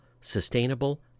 sustainable